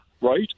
right